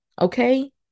okay